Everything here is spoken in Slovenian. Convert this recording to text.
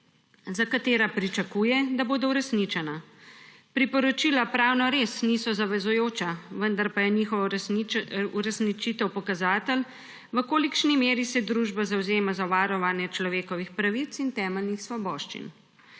za katera pričakuje, da bodo uresničena. Priporočila pravno res niso zavezujoča, vendar je njihova uresničitev pokazatelj, v kolikšni meri se družba zavzema za varovanje človekovih pravic in temeljnih svoboščin.